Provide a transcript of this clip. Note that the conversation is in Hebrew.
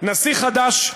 נשיא חדש,